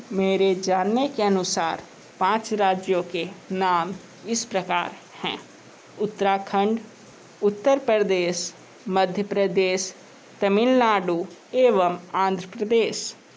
मेरे जानने के अनुसार पाँच राज्यों के नाम इस प्रकार हैं उत्तराखंड उत्तर प्रदेश मध्य प्रदेश तमिलनाडू एवं आंध प्रदेश